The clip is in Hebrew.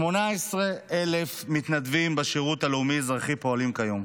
18,000 מתנדבים בשירות הלאומי-אזרחי פועלים כיום.